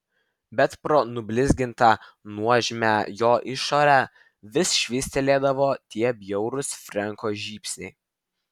bet pro nublizgintą nuožmią jo išorę vis švystelėdavo tie bjaurūs frenko žybsniai